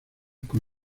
con